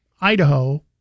idaho